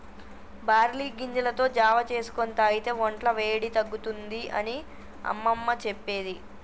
barley గింజలతో జావా చేసుకొని తాగితే వొంట్ల వేడి తగ్గుతుంది అని అమ్మమ్మ చెప్పేది